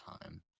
time